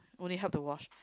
only help to watch